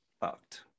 fucked